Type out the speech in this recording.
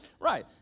Right